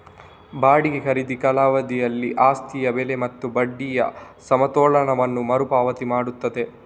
ಬಾಡಿಗೆ ಖರೀದಿ ಕಾಲಾವಧಿಯಲ್ಲಿ ಆಸ್ತಿಯ ಬೆಲೆ ಮತ್ತು ಬಡ್ಡಿಯ ಸಮತೋಲನವನ್ನು ಮರು ಪಾವತಿ ಮಾಡುತ್ತದೆ